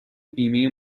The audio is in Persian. بیمه